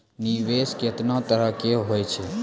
निवेश केतना तरह के होय छै?